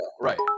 Right